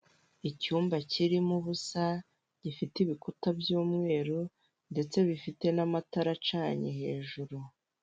Icyumba kirimo ubusa gifite ibikuta by'umweru ndetse bifite n'amatara acanye hejuru.